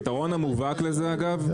הפתרון המובהק לזה אגב,